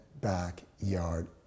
backyard